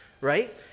right